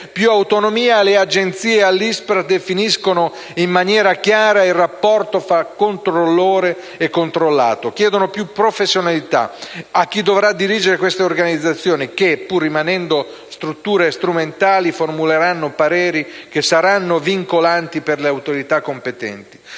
più autonomia alle Agenzie e all'ISPRA, definiscono in maniera chiara il rapporto fra controllore e controllato, chiedono più professionalità a chi dovrà dirigere queste organizzazioni che, pur rimanendo strutture tecniche strumentali, formuleranno pareri, che saranno vincolanti per le autorità competenti.